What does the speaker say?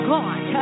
God